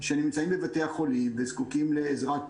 שנמצאים בבתי החולים וזקוקים לעזרת